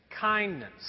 kindness